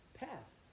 path